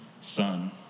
son